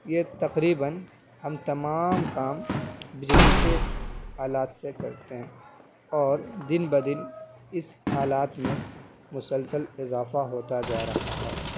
یہ تقریباً ہم تمام کام بجلی کے آلات سے کرتے ہیں اور دن بدن اس آلات میں مسلسل اضافہ ہوتا جا رہا ہے